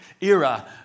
era